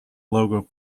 logo